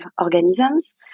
organisms